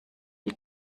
die